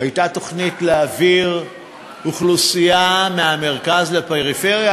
הייתה תוכנית להעביר אוכלוסייה מהמרכז לפריפריה.